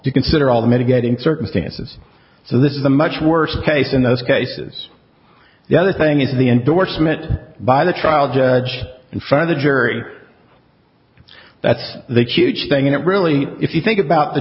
to consider all the mitigating circumstances so this is a much worse case in those cases the other thing is the endorsement by the trial judge in front of the jury that's the huge thing it really if you think about the